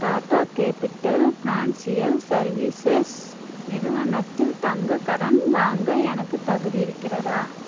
Tata Capital Financial Services நிறுவனத்தில் தங்கக் கடன் வாங்க எனக்குத் தகுதி இருக்கிறதா